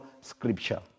scripture